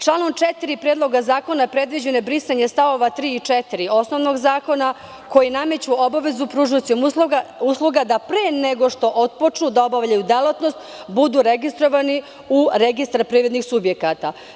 Članom 4. Predloga zakona predviđeno je brisanje stavova 3. i 4. osnovnog zakona, koji nameću obavezu pružaocima usluga da pre nego što otpočnu da obavljaju delatnost budu registrovani u registar privrednih subjekata.